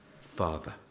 Father